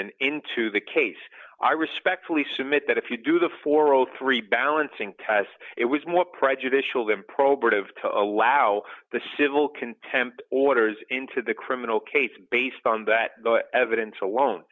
brennaman into the case i respectfully submit that if you do the four o three balancing tests it was more prejudicial than probative to allow the civil contempt orders into the criminal case based on that evidence alone